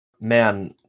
Man